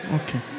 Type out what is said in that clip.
Okay